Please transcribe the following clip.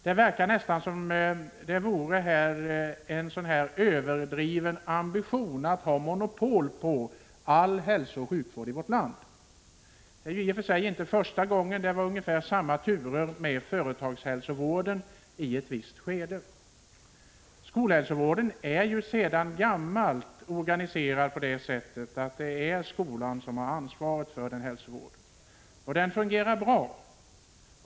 Det verkar nästan som om det vore av en överdriven ambition att ha monopol på all hälsooch sjukvård i vårt land. Det är i och för sig inte första gången. Det var ungefär samma turer när det gällde företagshälsovården i ett visst skede. Skolhälsovården är ju sedan gammalt organiserad på det sättet att det är skolan som har ansvaret för denna. Och skolhälsovården fungerar bra.